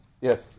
Yes